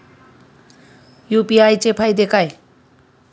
UPI चे फायदे काय?